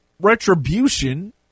retribution